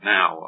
Now